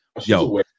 yo